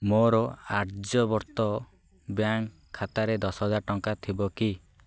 ମୋର ଆର୍ଯ୍ୟବର୍ତ୍ତ ବ୍ୟାଙ୍କ୍ ଖାତାରେ ଦଶ ହଜାର ଟଙ୍କା ଥିବ କି